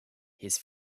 his